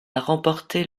remporter